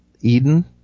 Eden